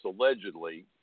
allegedly—